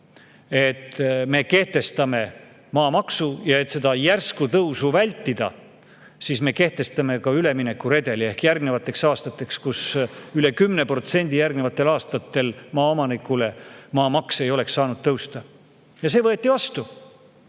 et me kehtestame maamaksu, ja et selle järsku tõusu vältida, me kehtestame ka üleminekuredeli järgnevateks aastateks, nii et üle 10% järgnevatel aastatel maaomanikule maamaks ei oleks saanud tõusta. Ja see võeti vastu.